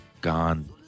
gone